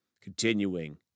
Continuing